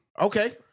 Okay